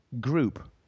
group